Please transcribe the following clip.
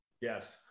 Yes